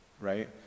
Right